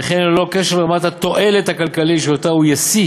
וכן ללא קשר לרמת התועלת הכלכלית שהוא ישיא